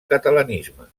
catalanisme